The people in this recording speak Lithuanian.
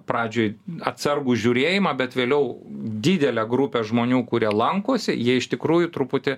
pradžioj atsargų žiūrėjimą bet vėliau didelę grupę žmonių kurie lankosi jie iš tikrųjų truputį